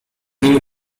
nim